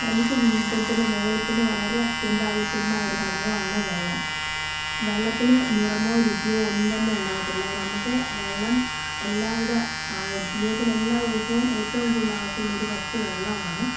മനുഷ്യ ജീവിതത്തിൻ്റെ നിലനിൽപ്പിന് വളരെ അത്യന്താപേക്ഷിതമായ ഒരു ഘടകമാണ് വെള്ളം വെള്ളത്തിന് നിറമോ രുചിയോ ഒന്നും തന്നെ ഉണ്ടാവത്തില്ല നമുക്ക് വെള്ളം എല്ലാവിധ ജീവിതത്തിൽ എല്ലാ ദിവസവും ഏറ്റവും കൂടുതൽ ആവശ്യമുള്ള ഒരു വസ്തു വെള്ളമാണ്